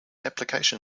application